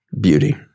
Beauty